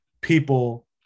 people